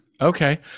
Okay